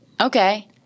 Okay